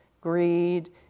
greed